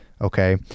okay